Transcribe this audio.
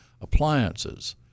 appliances